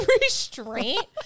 restraint